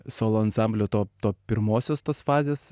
solo ansamblio to to pirmosios tos fazės